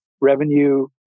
revenue